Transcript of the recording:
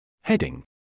Heading